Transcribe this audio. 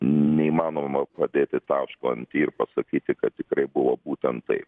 neįmanoma padėti taško ir pasakyti kad tikrai buvo būtent taip